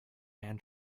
man